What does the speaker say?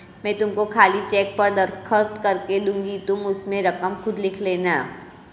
मैं तुमको खाली चेक पर दस्तखत करके दूँगी तुम उसमें रकम खुद लिख लेना